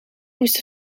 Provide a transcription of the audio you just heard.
moest